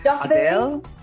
Adele